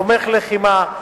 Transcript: תומך לחימה,